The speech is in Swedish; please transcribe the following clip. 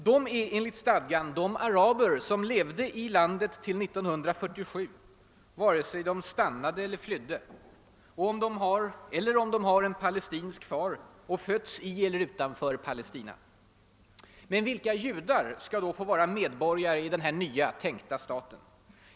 De är »enligt stadgan« de araber som levde i landet till 1947, vare sig de stannade eller flydde, eHer om de har en palcstinsk far och fötts i eller utanför Palestina. Men vilka judar skall då få vara medborgare i denna nya tänkta stat?